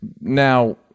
Now